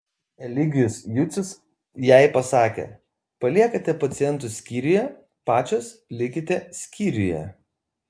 eligijus jucius jai pasakė paliekate pacientus skyriuje pačios likite skyriuje